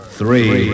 three